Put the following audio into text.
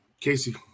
Casey